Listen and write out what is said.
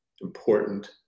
important